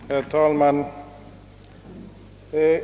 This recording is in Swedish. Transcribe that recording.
Herr talman!